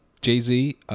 Jay-Z